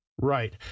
Right